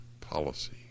Policy